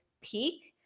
peak